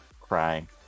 Crying